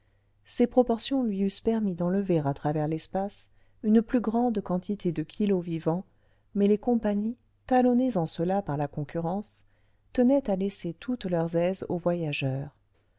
ses proportions lui eussent permis d'enlever à travers l'esj ace une plus grande quantité de kilos vivants mais les compagnies talonnées en cela par la concurrence tenaient à laisser toutes leurs aises aux voyageurs